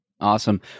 awesome